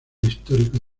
histórico